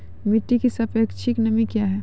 मिटी की सापेक्षिक नमी कया हैं?